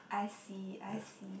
I see I see